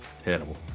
terrible